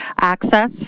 access